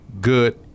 good